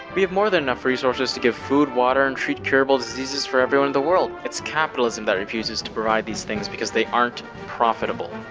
we have more than enough resources to give food, water and treat curable diseases for everyone in the world. it's capitalism that refuses to provide these things because they aren't profitable.